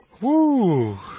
Woo